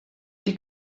die